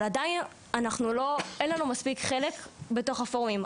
אבל עדיין אין לנו מספיק חלק בתוך הפורומים,